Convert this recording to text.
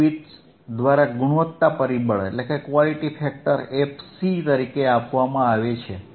bandwidth દ્વારા ગુણવત્તા પરિબળ fC તરીકે આપવામાં આવે છે